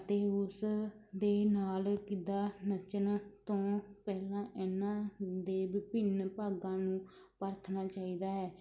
ਅਤੇ ਉਸ ਦੇ ਨਾਲ ਕਿੱਦਾਂ ਨੱਚਣ ਤੋਂ ਪਹਿਲਾਂ ਇਹਨਾਂ ਦੇ ਵਿਭਿੰਨ ਭਾਗਾਂ ਨੂੰ ਪਰਖਣਾ ਚਾਹੀਦਾ ਹੈ